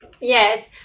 Yes